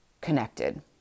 connected